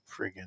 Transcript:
friggin